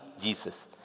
Jesus